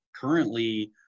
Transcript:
currently